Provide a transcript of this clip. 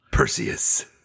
Perseus